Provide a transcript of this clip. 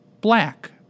black